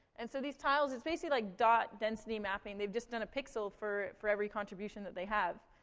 and so these tiles it's basically like dot density mapping. they've just done a pixel for for every contribution that they have.